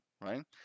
right